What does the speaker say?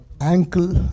ankle